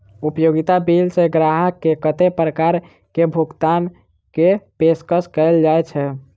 उपयोगिता बिल सऽ ग्राहक केँ कत्ते प्रकार केँ भुगतान कऽ पेशकश कैल जाय छै?